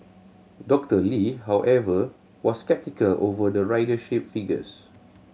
Dr Lee however was sceptical over the ridership figures